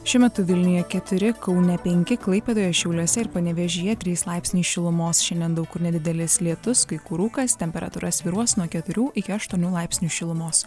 šiuo metu vilniuje keturi kaune penki klaipėdoje šiauliuose ir panevėžyje trys laipsniai šilumos šiandien daug kur nedidelis lietus kai kur rūkas temperatūra svyruos nuo keturių iki aštuonių laipsnių šilumos